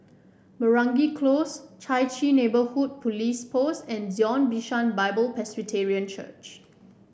Meragi Close Chai Chee Neighbourhood Police Post and Zion Bishan Bible Presbyterian Church